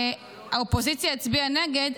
כשהאופוזיציה הצביעה נגד,